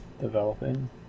Developing